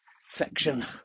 section